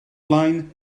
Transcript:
blaen